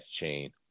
Chain